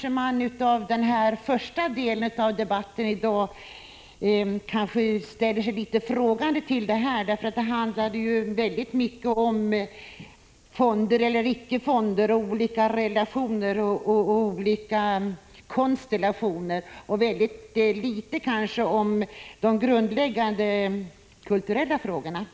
Efter den första delen av debatten i dag kanske man ställer sig litet frågande till detta, för det handlar ju väldigt mycket om fonder eller icke fonder, olika relationer och konstellationer men litet om de grundläggande kulturella frågorna. Prot.